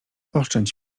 oszczędź